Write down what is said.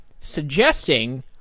suggesting